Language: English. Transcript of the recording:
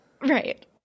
Right